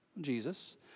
Jesus